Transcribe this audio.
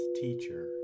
teacher